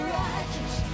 righteous